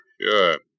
Sure